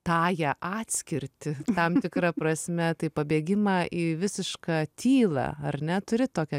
tąją atskirtį tam tikra prasme tai pabėgimą į visišką tylą ar ne turi tokią